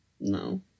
No